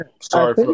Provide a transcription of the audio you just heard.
sorry